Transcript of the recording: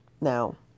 now